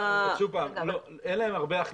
שוב פעם, אין להם הרבה הכנסה.